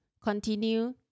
continue